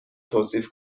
توصیف